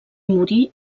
morí